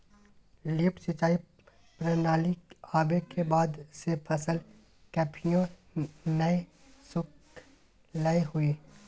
lift सिंचाई प्रणाली आवे के बाद से फसल कभियो नय सुखलय हई